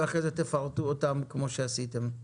ואחרי זה תפרטו אותם כמו שעשיתם.